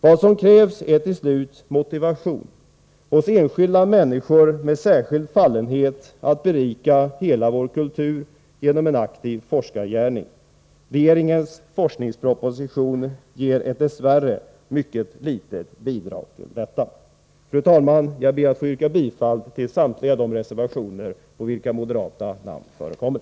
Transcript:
Vad som krävs är motivation hos enskilda människor med särskild fallenhet för att berika hela vår kultur genom en aktiv forskargärning. Regeringens forskningsproposition ger, dess värre, ett mycket litet bidrag i detta avseende. Fru talman! Jag yrkar bifall till samtliga reservationer där moderata namn förekommer.